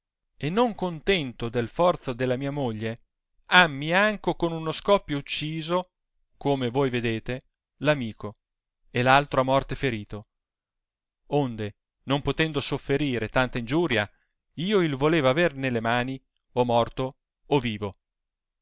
e non contento del forzo della mia moglie hammi anco con un scoppio ucciso come voi vedete l amico e l altro a morte ferito onde non potendo sofferire tanta ingiuria io il voleva aver nelle mani o morto o vivo